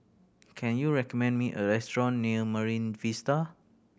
can you recommend me a restaurant near Marine Vista